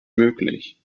möglich